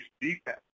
defense